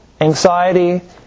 anxiety